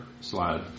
slide